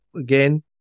again